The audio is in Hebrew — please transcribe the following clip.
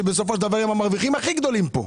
ובסופו של דבר הם המרוויחים הכי גדולים פה.